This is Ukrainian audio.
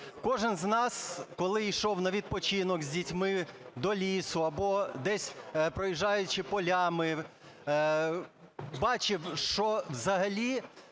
Кожен з нас, коли йшов на відпочинок з дітьми до лісу, або десь проїжджаючи полями, бачив, що взагалі